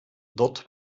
dort